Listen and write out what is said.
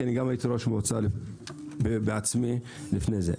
כי אני גם הייתי ראש מועצה בעצמי לפני זה,